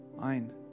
mind